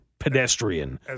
Pedestrian